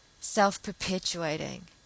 self-perpetuating